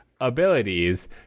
abilities